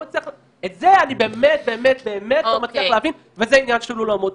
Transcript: את זה אני באמת באמת באמת לא מצליח להבין וזה עניין של אולמות.